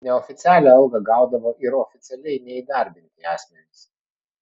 neoficialią algą gaudavo ir oficialiai neįdarbinti asmenys